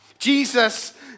Jesus